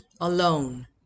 alone